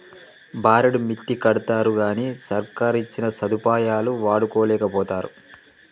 బారెడు మిత్తికడ్తరుగని సర్కారిచ్చిన సదుపాయాలు వాడుకోలేకపోతరు